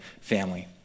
family